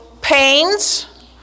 pains